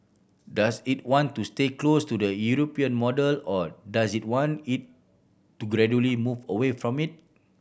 does it want to stay close to the European model or does it want to gradually move away from it